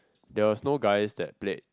there was no guys that played